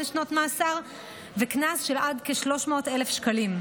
שנות מאסר וקנס של עד כ-300,000 שקלים.